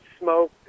smoke